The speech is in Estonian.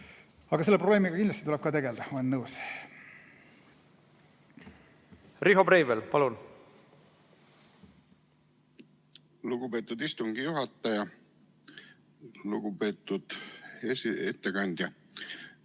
Aga selle probleemiga kindlasti tuleb tegelda, olen nõus. Riho Breivel, palun! (Kaugühendus)Lugupeetud istungi juhataja! Lugupeetud ettekandja!